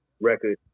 record